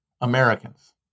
Americans